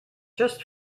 just